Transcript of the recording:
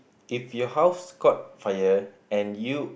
if your house caught fire and you